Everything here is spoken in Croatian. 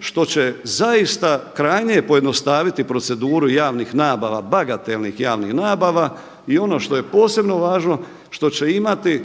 što će zaista krajnje pojednostaviti proceduru javnih nabava, bagatelnih javnih nabava i ono što je posebno važno što će imati